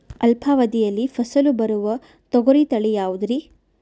ಅಲ್ಪಾವಧಿಯಲ್ಲಿ ಫಸಲು ಬರುವ ತೊಗರಿ ತಳಿ ಯಾವುದುರಿ?